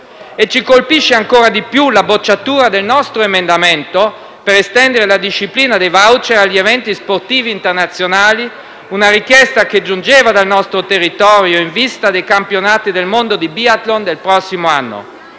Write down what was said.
Ci colpisce ancora di più la bocciatura del nostro emendamento per estendere la disciplina dei *voucher* agli eventi sportivi internazionali, una richiesta che giungeva dal nostro territorio in vista dei campionati del mondo di biathlon del prossimo anno.